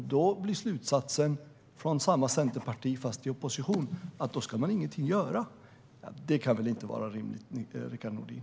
Men att slutsatsen från samma centerparti, fast nu ett centerparti i opposition, ska vara att ingenting ska göras kan väl inte vara rimligt, Rickard Nordin?